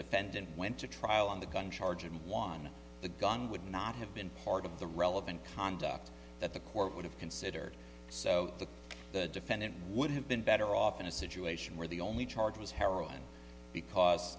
defendant went to trial on the gun charge and won the gun would not have been part of the relevant conduct that the court would have considered so the defendant would have been better off in a situation where the only charge was heroin because